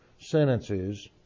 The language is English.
sentences